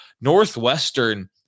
Northwestern